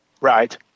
Right